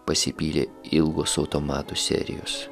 pasipylė ilgos automatų serijos